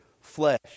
flesh